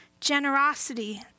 generosity